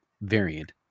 variant